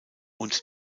und